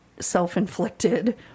Self-inflicted